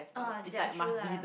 oh ya true lah